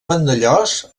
vandellòs